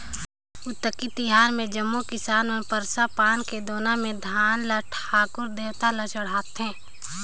अक्ती तिहार मे जम्मो किसान मन परसा पान के दोना मे धान ल ठाकुर देवता ल चढ़ाथें